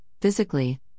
physically